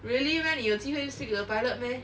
really meh 你有机会 speak to the pilot meh